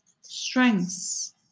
Strengths